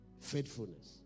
Faithfulness